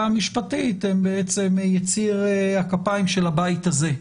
המשפטית הם בעצם יציר הכפיים של הבית הזה.